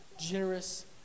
generous